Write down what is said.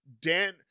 dan